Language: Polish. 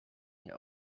nie